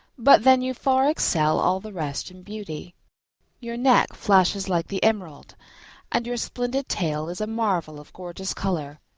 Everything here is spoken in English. but then you far excel all the rest in beauty your neck flashes like the emerald and your splendid tail is a marvel of gorgeous colour.